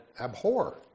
Abhor